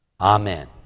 Amen